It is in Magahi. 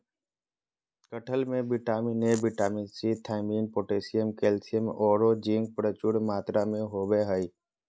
कटहल में vitamin A, vitamin C, thiamine, potassium, calcium औरो जिंक प्रचुर मात्रा में होबा हइ